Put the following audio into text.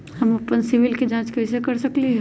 हम अपन सिबिल के जाँच कइसे कर सकली ह?